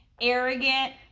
arrogant